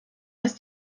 ist